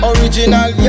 Original